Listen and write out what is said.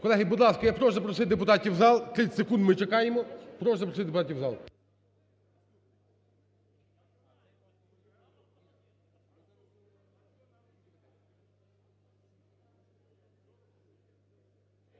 Колеги, будь ласка, я прошу запросити депутатів в зал. 30 секунд ми чекаємо. Прошу запросити депутатів в зал.